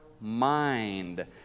mind